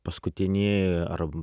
paskutinieji ar